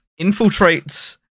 infiltrates